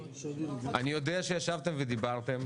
אני יודע שישבתם ודיברתם,